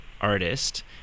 artist